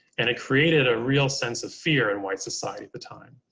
and it created a real sense of fear and white society at the time.